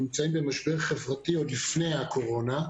אנחנו נמצאים במשבר חברתי עוד לפני הקורונה.